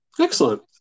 Excellent